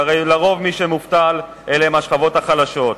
שהרי לרוב מי שמובטל אלה השכבות החלשות,